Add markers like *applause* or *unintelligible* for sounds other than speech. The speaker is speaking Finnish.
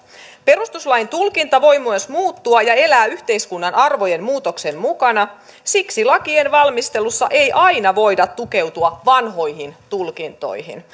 perustuslain tulkinta voi myös muuttua ja elää yhteiskunnan arvojen muutoksen mukana siksi lakien valmistelussa ei aina voida tukeutua vanhoihin tulkintoihin *unintelligible*